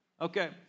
Okay